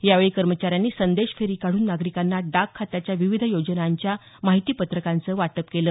यावेळी कर्मचाऱ्यांनी संदेश फेरी काढून नागरिकांना डाक खात्याच्या विविध योजनांच्या माहिती पत्रकांचं वाटप केलं